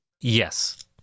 Yes